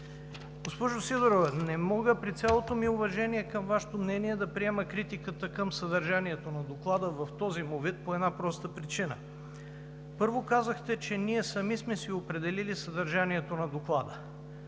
Госпожо Сидорова, при цялото ми уважение към Вашето мнение не мога да приема критиката към съдържанието на Доклада в този му вид по една проста причина. Първо казахте, че ние сами сме си определили съдържанието на Доклада.